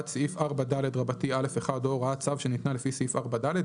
סעיף 4ד(א1) או הוראת צו שניתנה לפי סעיף 4ד,